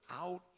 out